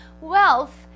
wealth